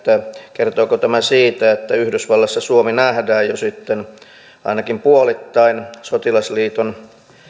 kertooko tämä siitä että yhdysvalloissa suomi nähdään jo ainakin puolittain sotilasliiton